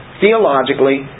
theologically